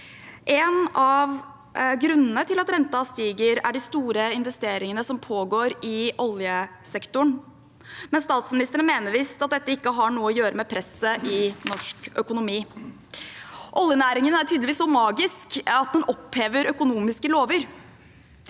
– Voteringer 175 renten stiger, er de store investeringene som pågår i oljesektoren, men statsministeren mener visst at dette ikke har noe å gjøre med presset i norsk økonomi. Oljenæringen er tydeligvis så magisk at den opphever økonomiske lover.